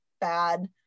bad